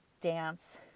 dance